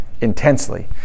intensely